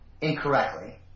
incorrectly